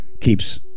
keeps